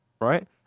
right